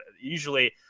usually